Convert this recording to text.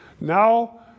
now